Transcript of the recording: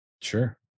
sure